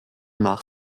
nach